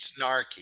snarky